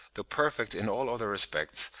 though perfect in all other respects,